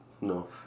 No